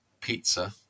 Pizza